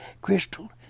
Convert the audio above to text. crystal